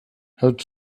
hört